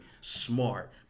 smart